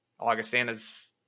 augustanas